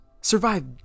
survive